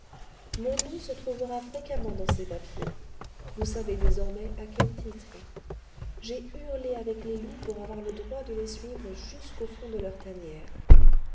mon nom se trouvera fréquemment dans ces papiers vous savez désormais à quel titre j'ai hurlé avec les loups pour avoir le droit de les suivre jusqu'au fond de leur tanière